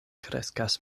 kreskas